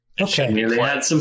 Okay